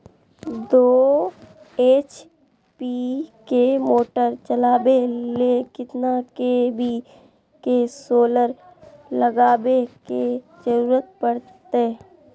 दो एच.पी के मोटर चलावे ले कितना के.वी के सोलर लगावे के जरूरत पड़ते?